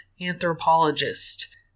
anthropologist